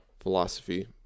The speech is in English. philosophy